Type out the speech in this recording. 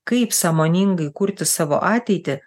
kaip sąmoningai kurti savo ateitį